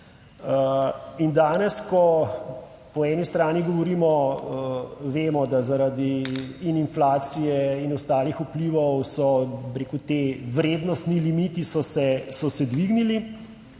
In danes, ko po eni strani govorimo, vemo, da zaradi in inflacije in ostalih vplivov so, bi rekel ti vrednostni limiti so se dvignili,